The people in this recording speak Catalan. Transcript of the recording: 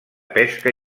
pesca